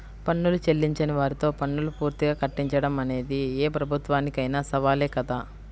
పన్నులు చెల్లించని వారితో పన్నులు పూర్తిగా కట్టించడం అనేది ఏ ప్రభుత్వానికైనా సవాలే కదా